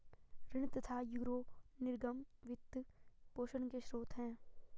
ऋण तथा यूरो निर्गम वित्त पोषण के स्रोत है